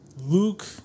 Luke